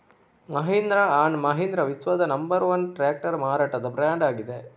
Mahindra and Mahindra ವಿಶ್ವದ number one tractor ಮಾರಾಟದ brand ಆಗಿದೆ